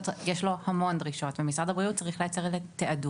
יש לו המון דרישות ומשרד הבריאות צריך לייצר איזה תעדוף.